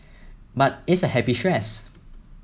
but it's a happy stress